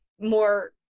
more